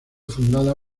fundada